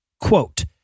quote